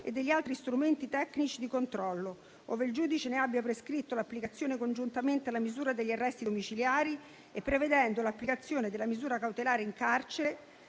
e degli altri strumenti tecnici di controllo, ove il giudice ne abbia prescritto l'applicazione congiuntamente alla misura degli arresti domiciliari, e prevedendo l'applicazione della misura cautelare in carcere